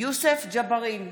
יוסף ג'בארין,